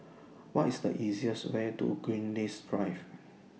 What IS The easiest Way to Greenwich Drive